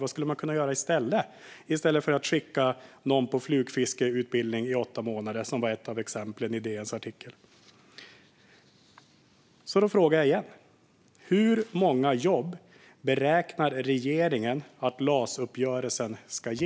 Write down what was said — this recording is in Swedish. Vad skulle man kunna göra i stället för att skicka någon på en flugfiskeutbildning i åtta månader? Det var ett av exemplen i DN:s artikel. Jag frågar igen: Hur många jobb beräknar regeringen att LAS-uppgörelsen ska ge?